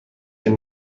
hier